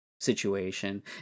Situation